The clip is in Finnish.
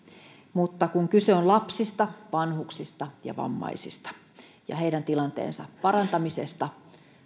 mutta kun kyse on lapsista vanhuksista ja vammaisista ja heidän tilanteensa parantamisesta